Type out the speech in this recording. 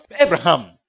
Abraham